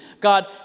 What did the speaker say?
God